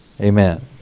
Amen